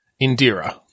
Indira